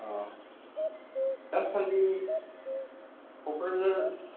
अ दासान्दि क'क्राझार